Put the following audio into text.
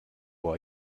bon